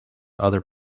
other